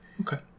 Okay